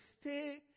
stay